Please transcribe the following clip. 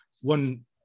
one